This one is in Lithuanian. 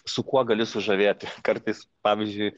su kuo gali sužavėti kartais pavyzdžiui